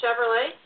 Chevrolet